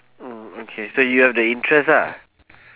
mm okay so you have the interest lah